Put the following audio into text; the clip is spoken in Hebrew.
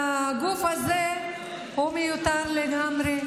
שהגוף הזה הוא מיותר לגמרי,